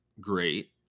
great